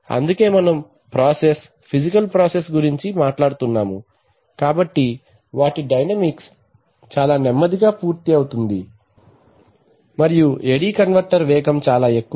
అందుకే మనం process physical process గురించి మాట్లాడుతున్నాము కాబట్టి వాటి డైనమిక్స్ చాలా నెమ్మదిగా పూర్తి అవుతుంది మరియు AD కన్వర్టర్ వేగం చాలా ఎక్కువ